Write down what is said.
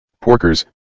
Porkers